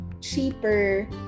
cheaper